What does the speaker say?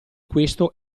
questo